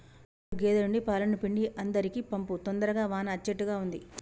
రాజు గేదె నుండి పాలను పిండి అందరికీ పంపు తొందరగా వాన అచ్చేట్టుగా ఉంది